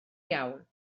iawn